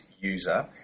user